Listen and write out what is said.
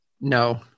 No